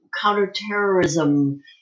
counterterrorism